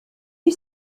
you